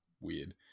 weird